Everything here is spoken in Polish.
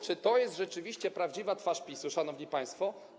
Czy to jest rzeczywiście prawdziwa twarz PiS-u, szanowni państwo?